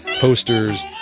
posters,